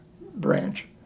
branch